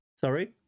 Sorry